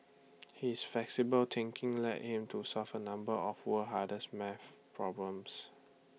his flexible thinking led him to solve A number of world hardest math problems